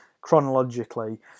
chronologically